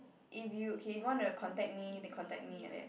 if you okay if you want to contact me then contact me like that